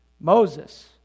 Moses